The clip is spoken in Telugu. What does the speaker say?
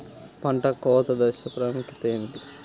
పంటలో కోత దశ ప్రాముఖ్యత ఏమిటి?